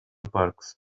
parks